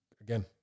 again